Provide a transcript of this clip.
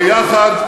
ויחד,